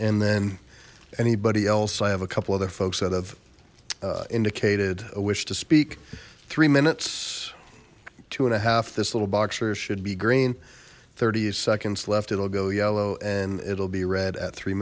and then anybody else i have a couple other folks that have indicated a wish to speak three minutes two and a half this little boxer should be green thirty seconds left it'll go yellow and it'll be red at three